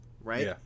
right